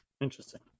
Interesting